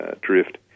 drift